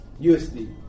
USD